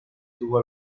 tuvo